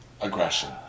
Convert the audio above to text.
aggression